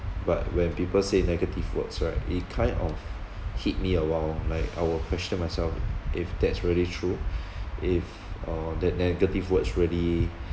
but when people say negative words right it kind of hit me a while like I will question myself if that's really true if uh that negative words really